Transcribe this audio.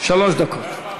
שלוש דקות.